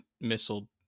missile